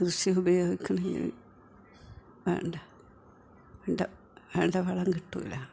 കൃഷി ഉപയോഗിക്കണെങ്കില് വേണ്ട